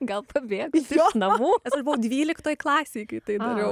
gal pabėgot iš namų o dvyliktoje klasėj kai tai dariau